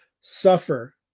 suffer